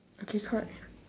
okay correct